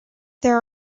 there